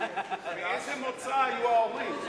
מאיזה מוצא היו ההורים?